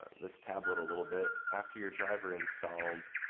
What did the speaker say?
this tablet a little bit after your driver installed,